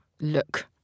look